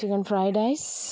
chicken fried rice